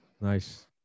Nice